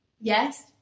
Yes